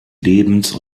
lebens